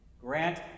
Grant